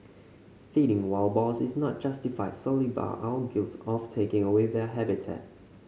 feeding wild boars is not justified solely by our guilt of taking away their habitat